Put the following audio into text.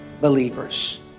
believers